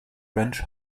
french